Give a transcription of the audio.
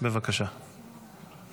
וביתר שאת בשנתיים